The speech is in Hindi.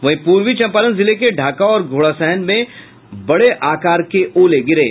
वहीं पूर्वी चंपारण जिले के ढाका और घोडासहन में बडे आकार के ओले गिरे